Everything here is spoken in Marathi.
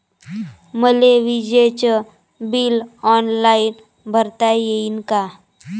मले विजेच बिल ऑनलाईन भरता येईन का?